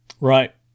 Right